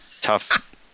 Tough